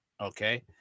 okay